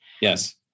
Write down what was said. Yes